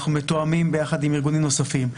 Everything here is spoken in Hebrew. אנחנו מתואמים יחד עם ארגונים נוספים.